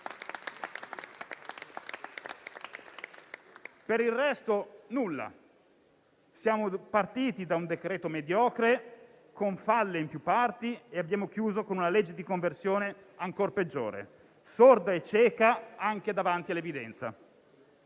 Per il resto, nulla. Siamo partiti da un decreto-legge mediocre, con falle in più parti, e abbiamo chiuso con una legge di conversione ancor peggiore, sorda e cieca anche davanti all'evidenza.